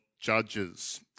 Judges